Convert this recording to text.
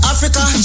Africa